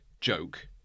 joke